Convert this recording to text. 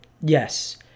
Yes